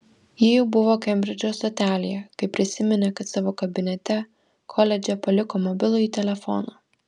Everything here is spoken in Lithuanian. ji jau buvo kembridžo stotelėje kai prisiminė kad savo kabinete koledže paliko mobilųjį telefoną